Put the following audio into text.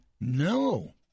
No